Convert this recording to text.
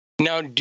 Now